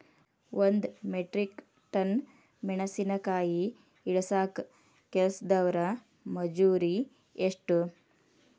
ಒಂದ್ metric ton ಮೆಣಸಿನಕಾಯಿ ಇಳಸಾಕ್ ಕೆಲಸ್ದವರ ಮಜೂರಿ ಎಷ್ಟ?